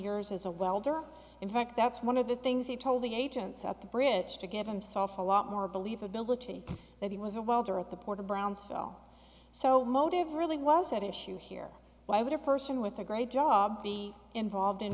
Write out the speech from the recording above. years as a welder in fact that's one of the things he told the agents at the bridge to give himself a lot more believability that he was a welder at the port of brownsville so motive really was at issue here why would a person with a great job be involved in